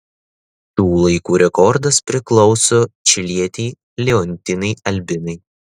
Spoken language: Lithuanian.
šių laikų rekordas priklauso čilietei leontinai albinai